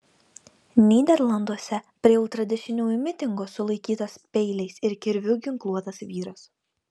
nyderlanduose prie ultradešiniųjų mitingo sulaikytas peiliais ir kirviu ginkluotas vyras